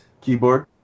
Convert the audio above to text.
keyboard